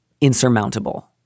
insurmountable